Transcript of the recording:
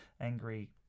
angry